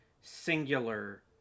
singular